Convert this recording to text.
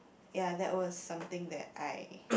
ya that was something that I